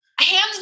Hands